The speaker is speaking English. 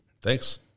Thanks